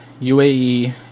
UAE